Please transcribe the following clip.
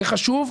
זה חשוב,